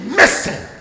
missing